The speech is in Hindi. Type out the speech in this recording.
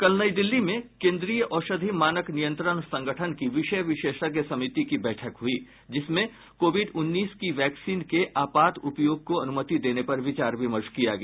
कल नई दिल्ली में केन्द्रीय औषधि मानक नियंत्रण संगठन की विषय विशेषज्ञ समिति की बैठक हुई जिसमें कोविड उन्नीस की वैक्सीन के आपात उपयोग को अनुमति देने पर विचार विमर्श किया गया